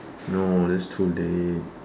no that's too late